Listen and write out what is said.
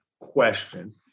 question